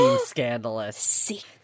scandalous